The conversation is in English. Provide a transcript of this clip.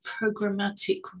programmatic